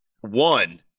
one